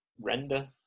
Render